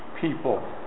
people